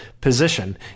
position